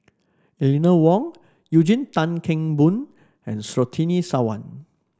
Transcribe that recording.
Eleanor Wong Eugene Tan Kheng Boon and Surtini Sarwan